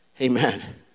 Amen